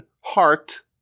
heart